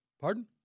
Pardon